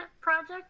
project